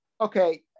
okay